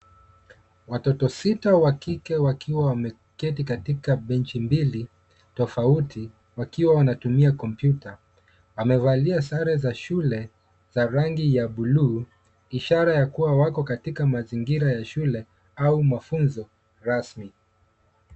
Watoto sita wa kike wakiwa wameketi katika benchi mbili tofauti, wakiwa wanatumia kompyuta. Wamevalia sare za shule za rangi ya buluu, ishara ya kuwa wako katika mazingira ya shule au mafunzo rasmi.